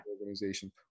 organization